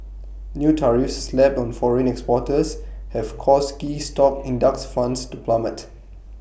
new tariffs slapped on foreign exporters have caused key stock index funds to plummet